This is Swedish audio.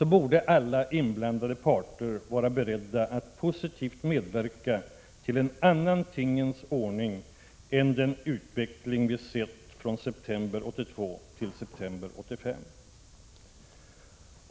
borde alla inblandade parter vara beredda att positivt medverka till en annan tingens ordning än den utveckling vi sett från september 1982 till september 1985.